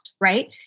right